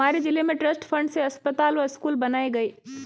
हमारे जिले में ट्रस्ट फंड से अस्पताल व स्कूल बनाए गए